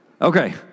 Okay